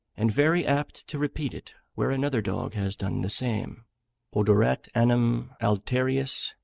and very apt to repeat it where another dog has done the same odorat anum alterius,